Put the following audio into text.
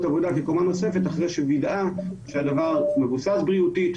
עבודה הם קומה נוספת אחרי שווידאה שהדבר מבוסס בריאותית,